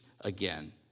again